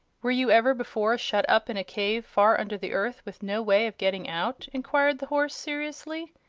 were you ever before shut up in a cave, far under the earth, with no way of getting out? enquired the horse, seriously.